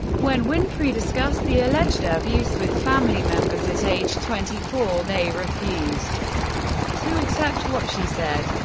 when winfrey discussed the alleged abuse with family members at age twenty four, they refused to accept what she said.